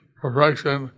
perfection